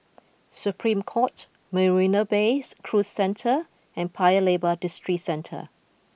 Supreme Court Marina Bay Cruise Centre and Paya Lebar Districentre